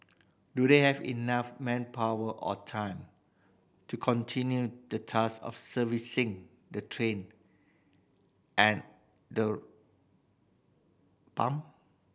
do they have enough manpower or time to continue the task of servicing the train and the pump